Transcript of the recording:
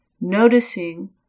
noticing